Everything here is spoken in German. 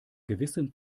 gewissen